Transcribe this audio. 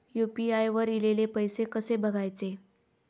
UPI वर ईलेले पैसे कसे बघायचे?